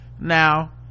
now